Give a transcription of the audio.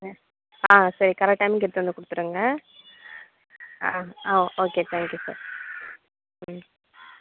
ஆ சரி கரக்ட் டைம்க்கு எடுத்துகிட்டு வந்து கொடுத்துருங்க ஆ ஓகே தேங்க் யூ சார் ம்